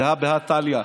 זה הא בהא תליא.